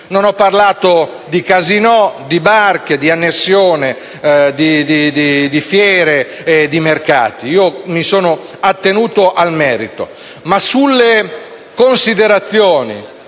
Non ho parlato di casinò, di barche, di annessione, di fiere e di mercati, attenendomi al merito.